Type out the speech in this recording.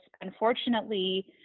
unfortunately